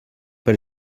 per